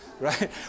Right